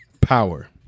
power